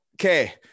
okay